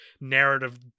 narrative